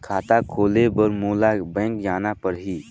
खाता खोले बर मोला बैंक जाना परही?